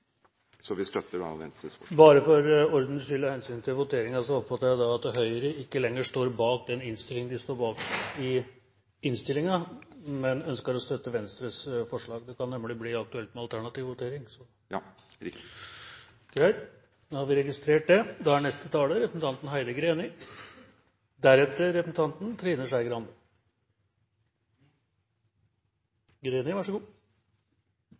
Vi støtter altså Venstres forslag. Bare for ordens skyld og med hensyn til voteringen: Presidenten oppfatter at Høyre ikke lenger står bak den innstillingen de sto bak i innstillingen, men ønsker å støtte Venstres forslag. Det kan nemlig bli aktuelt med alternativ votering. Ja, riktig. Greit, da har vi registrert det. Forslagsstillerne er